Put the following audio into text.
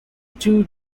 two